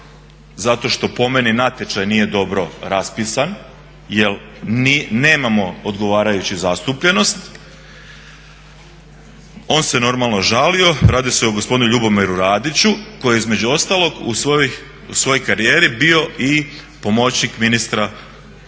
zato što po meni natječaj nije dobro raspisan jer nemamo odgovarajuću zastupljenost. On se normalno žalio, radi se o gospodinu Ljubomiru Radiću koji je između ostalog u svojoj karijeri bio i pomoćnik ministra